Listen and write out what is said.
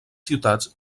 ciutats